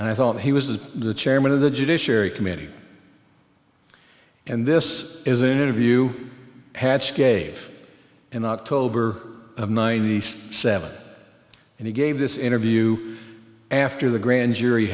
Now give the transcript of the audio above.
and i thought he was the chairman of the judiciary committee and this is an interview hatch gave in october of ninety seven and he gave this interview after the grand jury